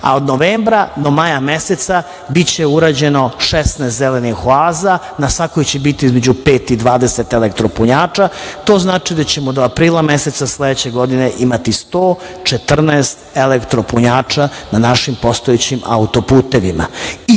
a od novembra do maja meseca biće urađeno 16 zelenih oaza. Na svakoj će biti između 5 i 20 elektropunjača. To znači da ćemo do aprila meseca sledeće godine imati 114 elektropunjača na našim postojećim auto-putevima